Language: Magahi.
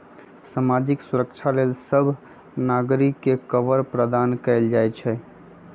सामाजिक सुरक्षा लेल सभ नागरिक के कवर प्रदान कएल जाइ छइ